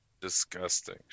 disgusting